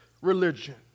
religion